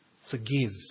forgive